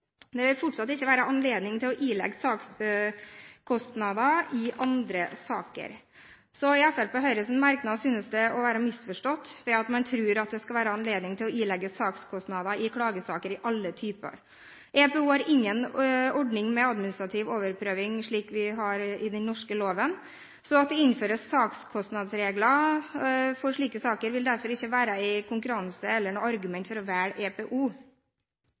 Det vil fortsatt ikke være anledning til å ilegge sakskostnader i andre saker. Så Fremskrittspartiet og Høyre synes ut fra merknadene å ha misforstått dette, ved at man tror at det skal være anledning til å ilegge sakskostnader i alle typer klagesaker. EPO har ingen ordning med administrativ overprøving, slik vi har i den norske loven. Så det at det innføres regler om sakskostnader i slike saker, vil derfor ikke være i konkurranse med, eller være noe argument for, det å velge EPO,